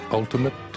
ultimate